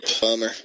bummer